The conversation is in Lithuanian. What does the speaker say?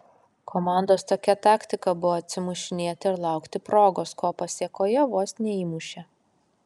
komandos tokia taktika buvo atsimušinėti ir laukti progos ko pasėkoje vos neįmušė